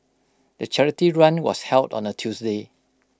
the charity run was held on A Tuesday